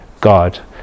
God